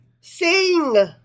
Sing